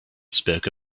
spoke